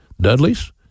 Dudleys